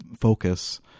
focus